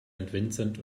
vincent